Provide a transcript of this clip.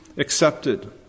accepted